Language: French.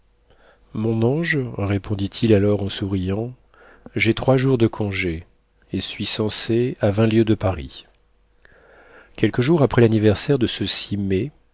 mon ange répondit-il alors en souriant j'ai trois jours de congé et suis censé à vingt lieues de paris quelques jours après l'anniversaire de